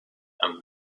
and